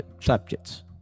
subjects